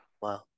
Wow